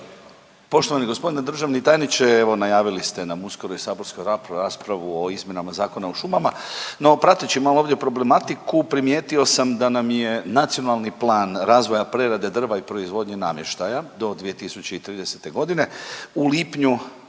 Poštovani gospodine državni tajniče, evo najavili ste nam uskoro i saborsku raspravu o izmjenama Zakona o šumama, no prateći malo ovdje problematiku primijetio sam da nam je Nacionali plan razvoja prerade drva i proizvodnje namještaja do 2030. godine u lipnju